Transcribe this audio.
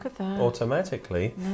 automatically